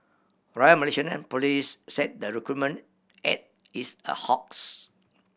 Royal Malaysian Police said the recruitment ad is a hoax